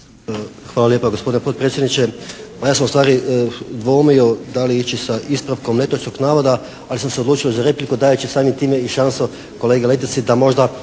Hvala lijepa gospodine potpredsjedniče. Pa ja sam ustvari dvoumio da li ići sa ispravkom netočnog navoda, ali sam se odlučio za repliku dajući samim time i šansu kolegi Letici da možda